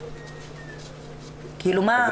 כאילו מה?